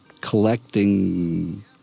collecting